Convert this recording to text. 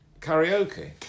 karaoke